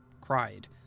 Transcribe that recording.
cried